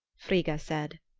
frigga said.